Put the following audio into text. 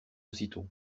aussitôt